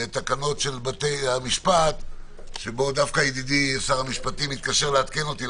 ותקנות של בתי המשפט שבו ידידי שר המשפטים התקשר לעדכן אותי,